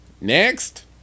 Next